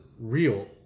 real